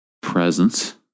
presence